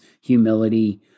humility